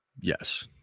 Yes